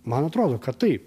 man atrodo kad taip